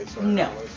No